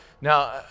now